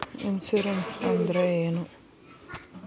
Insurance ಅಂದ್ರ ಏನು?